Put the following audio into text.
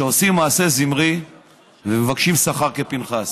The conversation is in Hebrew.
שעושים מעשה זמרי ומבקשים שכר כפינחס.